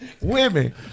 Women